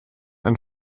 ein